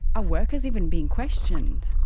ah workers even being questioned?